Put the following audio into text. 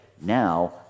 Now